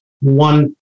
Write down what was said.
one